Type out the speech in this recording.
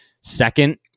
Second